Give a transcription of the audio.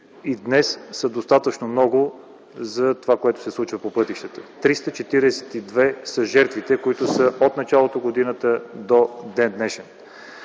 и днес са достатъчно много за онова, което се случва по пътищата – 342 са жертвите от началото на годината до ден днешен.